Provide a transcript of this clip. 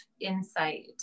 insight